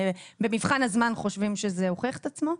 במבחן הזמן אתם חושבים שזה הוכיח את עצמו?